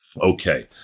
Okay